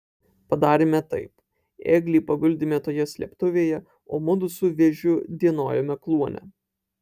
padarėme taip ėglį paguldėme toje slėptuvėje o mudu su vėžiu dienojome kluone